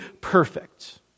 perfect